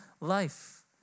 life